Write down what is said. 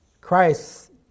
Christ